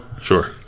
Sure